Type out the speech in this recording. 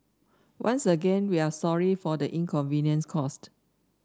once again we are sorry for the inconvenience caused